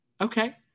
Okay